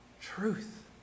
Truth